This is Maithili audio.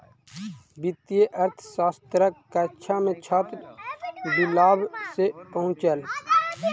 वित्तीय अर्थशास्त्रक कक्षा मे छात्र विलाभ सॅ पहुँचल